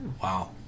Wow